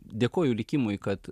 dėkoju likimui kad